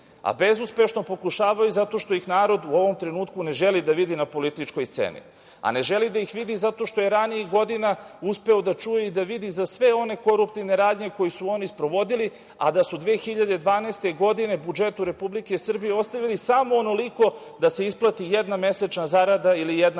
Bezuspešno pokušavaju zato što ih narod u ovom trenutku ne želi da vidi na političkoj sceni. Ne želi da ih vidi zato što je ranijih godina uspeo da čuje i da vidi za sve one koruptivne radnje koje su oni sprovodili, a da su 2012. godine u budžetu Republike Srbije ostavili samo onoliko da se isplati jedna mesečna zarada ili jedna mesečna